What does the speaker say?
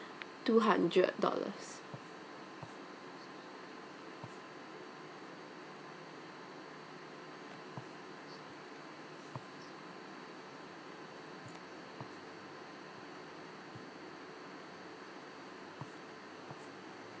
two hundred dollars